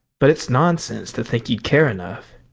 but it's nonsense to think he'd care enough.